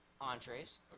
Entrees